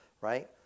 right